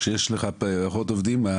כשיש לך פחות עובדים,